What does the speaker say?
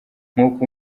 nkuko